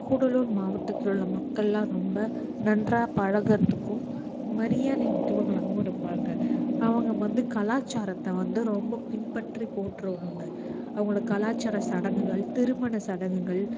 கூடலூர் மாவட்டத்தில் உள்ள மக்களெலாம் ரொம்ப நன்றாக பழகுகிறதுக்கும் மரியாதை மிக்கவர்களாகவும் இருப்பாங்க அவங்க வந்து கலாச்சாரத்தை வந்து ரொம்ப பின்பற்றி போற்றுவாங்க அவங்கள கலாச்சார சடங்குகள் திருமண சடங்குகள்